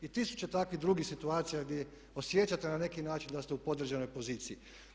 I tisuće takvih drugih situacija ima gdje osjećate na neki način da ste u podređenoj poziciji.